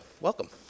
Welcome